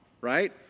right